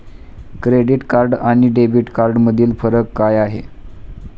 Credit card आणि debit कार्डमधील फरक काय आहे?